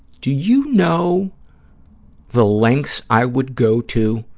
do you know the lengths i would go to,